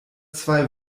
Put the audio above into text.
zwei